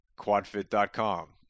quadfit.com